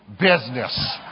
business